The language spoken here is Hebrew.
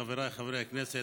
חבריי חברי הכנסת,